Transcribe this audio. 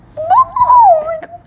no oh my god